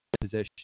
position